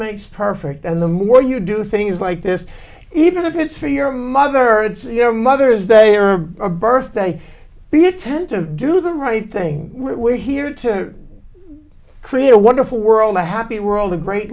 makes perfect and the more you do things like this even if it's for your mother your mother's day or a birthday be it tend to do the right thing we're here to create a wonderful world a happy world a great